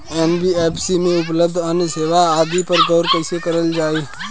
NBFC में उपलब्ध अन्य सेवा आदि पर गौर कइसे करल जाइ?